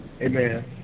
Amen